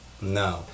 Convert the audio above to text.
No